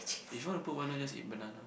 if you wanna poop why not just eat banana